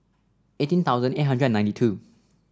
eighteen thousand eight hundred and ninety two